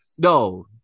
No